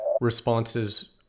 responses